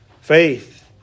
faith